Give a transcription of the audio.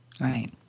right